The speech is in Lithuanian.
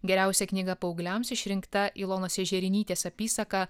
geriausia knyga paaugliams išrinkta ilonos ežerenytės apysaką